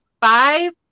five